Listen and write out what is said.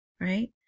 right